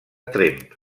tremp